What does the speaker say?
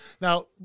Now